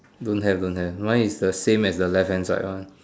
don't have don't have mine is the same as the left hand side one